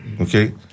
Okay